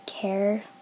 care